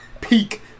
peak